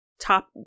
top